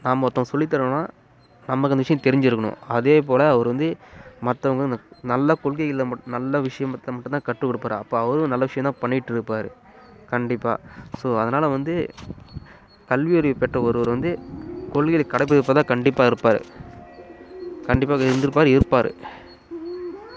நாம ஒருத்தவங்க சொல்லித்தரோனா நமக்கு அந்த விஷயோம் தெரிஞ்சு இருக்கணும் அதேபோல் அவரு வந்து மற்றவுங்க அந்த நல்ல கொள்கைகளை மட் நல்ல விஷயமத்த மட்டும் தான் கற்றுக்குடுப்பார் அப்போ அவரும் நல்ல விஷயோம் தான் பண்ணியிட்ருப்பார் கண்டிப்பாக ஸோ அதனால வந்து கல்வியறிவு பெற்ற ஒருவர் வந்து கொள்கைகளை கடைப்பிடிப்பு தான் கண்டிப்பாக இருப்பார் கண்டிப்பாக இருந்துருப்பார் இருப்பார்